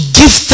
give